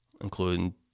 including